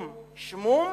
או"ם שמום,